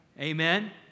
Amen